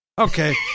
Okay